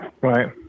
Right